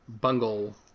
Bungle